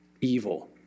evil